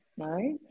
Right